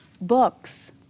books